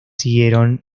siguieron